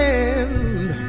end